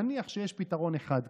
נניח שיש פתרון אחד כזה.